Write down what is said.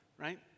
right